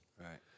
right